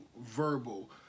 verbal